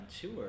tour